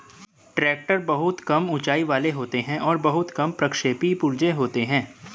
tractor बहुत कम ऊँचाई वाले होते हैं और बहुत कम प्रक्षेपी पुर्जे होते हैं